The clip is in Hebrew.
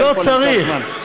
אין צורך למשוך זמן.